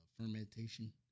fermentation